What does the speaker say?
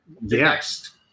next